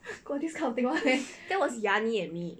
got this kind of thing [one] meh